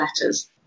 letters